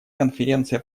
конференция